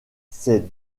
ces